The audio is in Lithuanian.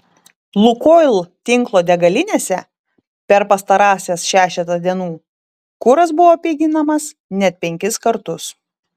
lukoil tinklo degalinėse per pastarąsias šešetą dienų kuras buvo piginamas net penkis kartus